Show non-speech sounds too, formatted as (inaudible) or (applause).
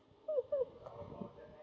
(laughs)